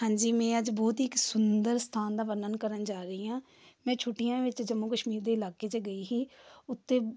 ਹਾਂਜੀ ਮੈਂ ਅੱਜ ਬਹੁਤ ਹੀ ਇੱਕ ਸੁੰਦਰ ਸਥਾਨ ਦਾ ਵਰਣਨ ਕਰਨ ਜਾ ਰਹੀ ਹਾਂ ਮੈਂ ਛੁੱਟੀਆਂ ਵਿੱਚ ਜੰਮੂ ਕਸ਼ਮੀਰ ਦੇ ਇਲਾਕੇ 'ਚ ਗਈ ਸੀ ਉੱਥੇ